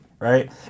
Right